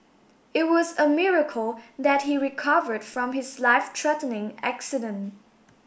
it was a miracle that he recovered from his life threatening accident